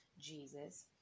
Jesus